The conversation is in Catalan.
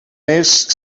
mes